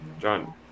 John